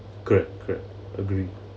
correct correct agree